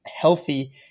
healthy